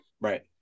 Right